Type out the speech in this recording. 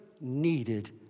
needed